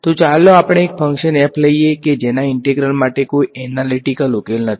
તો ચાલો એક ફંક્શન f લઈએ કે જેના ઈંટેગ્રલ માટે કોઈ એનાલીટીકલ ઉકેલ નથી